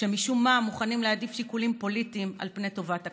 שמשום מה מוכנים להעדיף שיקולים פוליטיים על פני טובת הכלל.